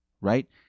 right